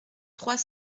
trois